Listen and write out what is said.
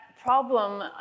problem